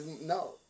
no